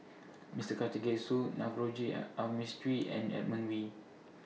Mister Karthigesu Navroji R Mistri and Edmund Wee